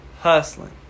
Hustling